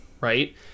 right